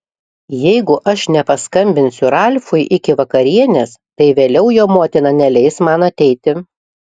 jeigu aš nepaskambinsiu ralfui iki vakarienės tai vėliau jo motina neleis man ateiti